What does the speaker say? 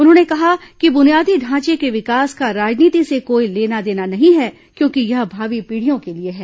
उन्होंने कहा कि बुनियादी ढांचे के विकास का राजनीति से कोई लेना देना नहीं है क्योंकि यह भावी पीढियों के लिए है